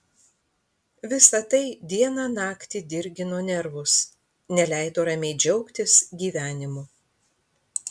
visa tai dieną naktį dirgino nervus neleido ramiai džiaugtis gyvenimu